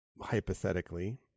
Hypothetically